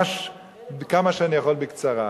כמה שאני יכול בקצרה.